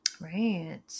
right